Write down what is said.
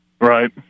Right